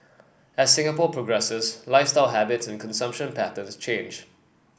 as Singapore progresses lifestyle habits and consumption patterns change